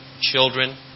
children